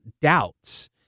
doubts